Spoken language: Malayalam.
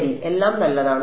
ശരി എല്ലാം നല്ലതാണ്